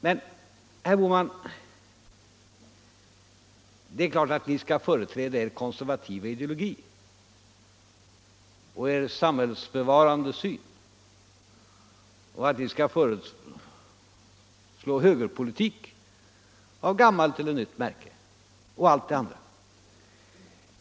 Det är klart, herr Bohman, att Ni skall företräda Er konservativa ideologi och Er samhällsbevarande syn och att Ni skall föreslå högerpolitik, av gammalt eller nytt märke, och allt det andra.